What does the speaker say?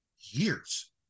years